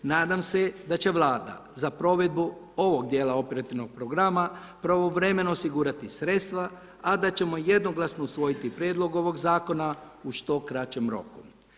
Nadam se da će Vlada za provedbu ovog dijela operativnog programa pravovremeno osigurati sredstva, a da ćemo jednoglasno usvojiti prijedlog ovoga zakona u što kraćem roku.